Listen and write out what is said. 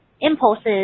impulses